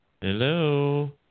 Hello